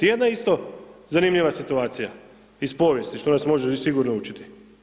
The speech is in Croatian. I jedna isto zanimljiva situacija iz povijesti, što nas može sigurno učiti.